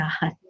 God